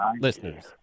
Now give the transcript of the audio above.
Listeners